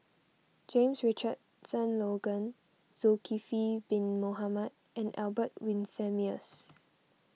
James Richardson Logan Zulkifli Bin Mohamed and Albert Winsemius